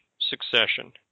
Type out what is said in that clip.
succession